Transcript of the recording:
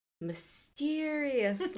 mysterious